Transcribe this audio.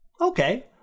Okay